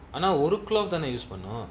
ஆனா ஒரு:aana oru clock தான:thaana use பண்ணு:pannu